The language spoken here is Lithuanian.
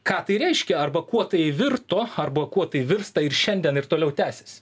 ką tai reiškia arba kuo tai virto arba kuo tai virsta ir šiandien ir toliau tęsiasi